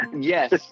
Yes